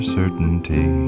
certainty